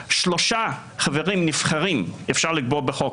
שלושה חברים נבחרים אפשר לקבוע בחוק